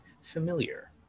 familiar